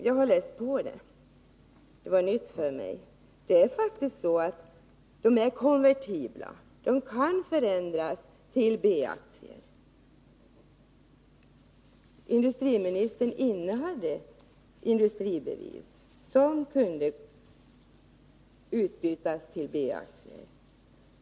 Jag har läst på detta — det var nytt för mig — och det är faktiskt så att industribevisen är konvertibla. De kan förändras till B-aktier. Industriministern innehade industribevis som kunde bytas ut mot B-aktier.